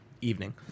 evening